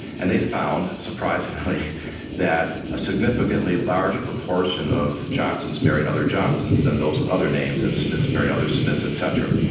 and they found surprisingly that a significantly larger proportion of johnsons married other johnsons than those with other names and smiths married other smiths etc.